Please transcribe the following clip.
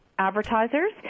advertisers